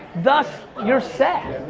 thus, you're set.